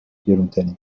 گرونترین